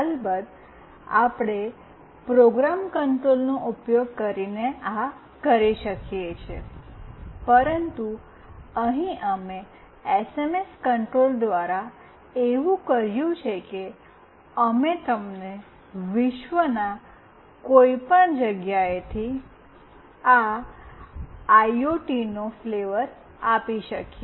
અલબત્તઆપણે program કંટ્રોલનો ઉપયોગ કરીને આ કરી શકીએ છીએ પરંતુ અહીં અમે એસએમએસ કંટ્રોલ દ્વારા એવું કર્યું છે કે અમે તમને વિશ્વના કોઈપણ જગ્યાએથી આ આઇઓટીનો ફ્લેવર આપી શકીએ છીએ